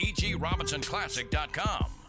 egrobinsonclassic.com